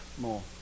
more